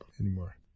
anymore